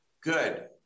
Good